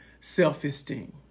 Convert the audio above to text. self-esteem